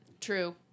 True